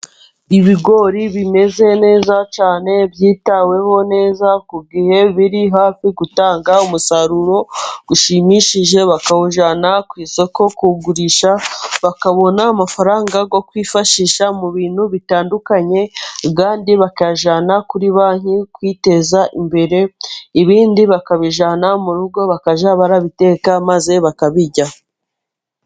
Ibigori bimeze neza cyane cyane, byitaweho neza ku gihe, biri hafi gutanga umusaruro ushimishije, bakawujyana ku isoko kuwugurisha bakabona amafaranga yo kwifashisha mu bintu bitandukanye, kandi bakayajya kuri banki, kwiteza imbere ibindi bakabijyana mu rugo bakajya barabiteka maze bakabirya.